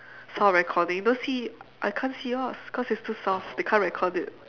sound recording don't see I can't see yours cause it's too soft they can't record it